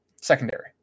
secondary